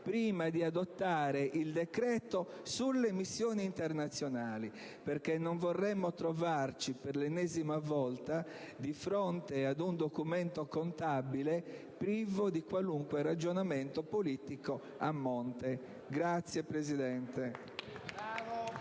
prima di adottare il decreto sulle missioni internazionali. Non vorremmo infatti trovarci per l'ennesima volta di fronte ad un documento contabile privo di qualunque ragionamento politico a monte. *(Applausi